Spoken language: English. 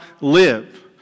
live